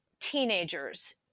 teenagers